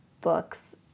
books